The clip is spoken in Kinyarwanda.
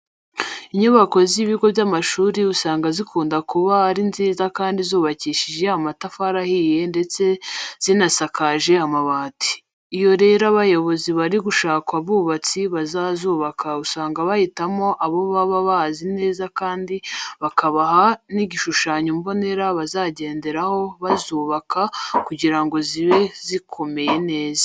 Inyubako z'ibigo by'amashuri usanga zikunda kuba ari nziza kandi zubakishije amatafari ahiye ndetse zinasakaje amabati. Iyo rero abayobozi bari gushaka abubatsi bazazubaka usanga bahitamo abo baba bazi neza kandi bakabaha n'igishushanyo mbonera bazagenderaho bazubaka kugira ngo zibe zikomeye neza.